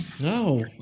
No